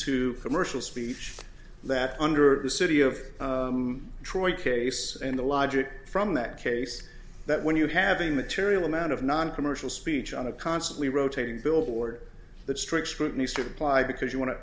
to commercial speech that under the city of detroit case and the logic from that case that when you have a material amount of noncommercial speech on a constantly rotating billboard that strict scrutiny stood apply because you want to